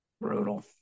Brutal